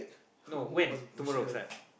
no when tomorrow start